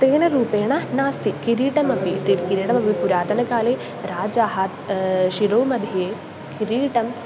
तेन रूपेण नास्ति किरीटमपि तु किरीटमपि पुरातनकाले राजाः शिरोमध्ये किरीटं